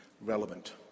relevant